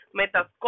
metas